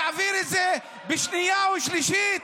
להעביר את הזה בשנייה ושלישית?